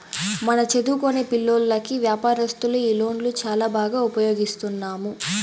మన చదువుకొనే పిల్లోల్లకి వ్యాపారస్తులు ఈ లోన్లు చాలా బాగా ఉపయోగిస్తున్నాము